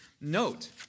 note